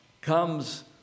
comes